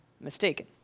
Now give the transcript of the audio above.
mistaken